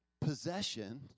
Possession